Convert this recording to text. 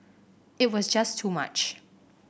it was just too much